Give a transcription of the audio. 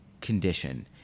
condition